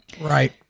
Right